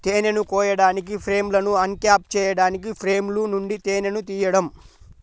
తేనెను కోయడానికి, ఫ్రేమ్లను అన్క్యాప్ చేయడానికి ఫ్రేమ్ల నుండి తేనెను తీయడం